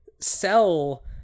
sell